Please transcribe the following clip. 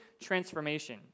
transformation